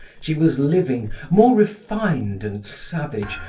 she was living, more refined and savage,